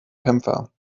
kämpfer